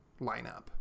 lineup